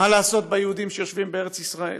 מה לעשות ביהודים שיושבים בארץ ישראל.